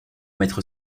mettre